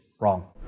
wrong